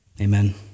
amen